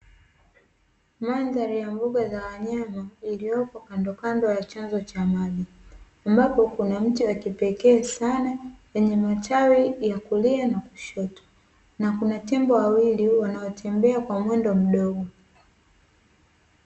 Mandhari ya mbuga za wanyama iliyopo kandokando ya chanzo cha maji, ambapo kuna mti wa kipekee sana wenye matawi ya kulia na kushoto na kuna tembo wawili wanaotembea kwa mwendo mdogo.